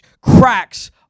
cracks